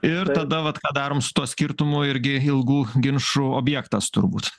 ir tada vat ką darom su tuo skirtumu irgi ilgų ginčų objektas turbūt